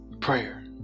Prayer